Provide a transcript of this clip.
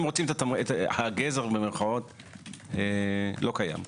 הגזר במירכאות לא קיים כאן.